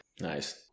nice